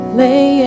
lay